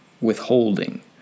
Withholding